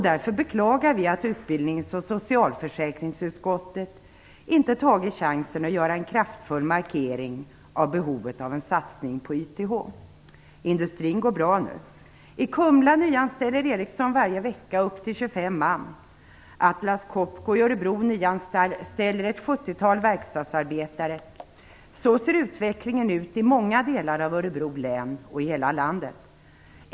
Därför beklagar vi att utbildningsutskottet och socialförsäkringsutskottet inte tagit chansen att göra en kraftfull markering av behovet av en satsning på YTH. Industrin går bra nu. I Kumla nyanställer Ericsson varje vecka upp till 25 man. Atlas Copco i Örebro nyanställer ett 70-tal verkstadsarbetare. Så ser utvecklingen ut i många delar av Örebro län och i hela landet.